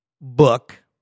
book